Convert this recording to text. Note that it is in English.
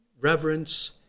reverence